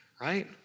right